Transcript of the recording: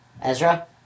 Ezra